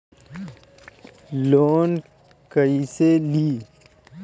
Loan कईसे ली?